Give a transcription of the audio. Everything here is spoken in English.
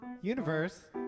Universe